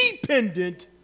dependent